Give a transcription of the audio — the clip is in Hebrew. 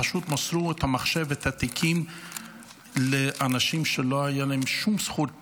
פשוט מסרו את המחשב ואת התיקים לאנשים שלא היה להם שום זכות בזה,